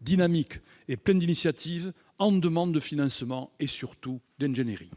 dynamiques et pleins d'initiatives, en demande de financements et, surtout, d'ingénierie.